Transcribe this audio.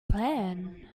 plan